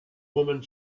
woman